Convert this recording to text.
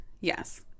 yes